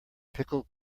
pickled